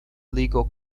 legal